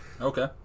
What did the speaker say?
Okay